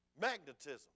magnetism